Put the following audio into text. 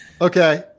Okay